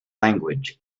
language